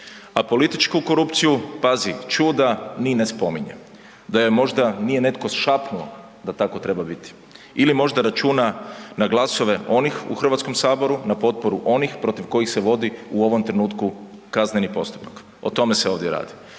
Apolitičku korupciju, pazi čuda ni ne spominje. Da joj možda nije netko šapnuo da tako treba biti ili možda računa na glasove onih u Hrvatskom saboru, na potporu onih protiv kojih se vodi u ovom trenutku kazneni postupak. O tome se ovdje radi